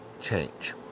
change